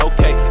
Okay